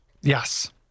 Yes